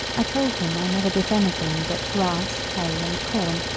i told him i never bit anything but grass, hay, and corn,